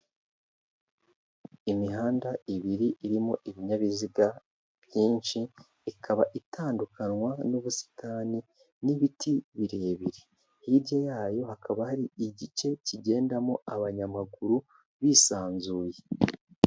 Imihanda ibiri irimo ibinyabiziga byinshi, ikaba itandukanwa n'ubusitani n'ibiti birebire, hirya yayo hakaba hari igice kigendamo abanyamaguru, bisanzuye.